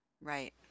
Right